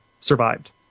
survived